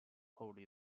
holy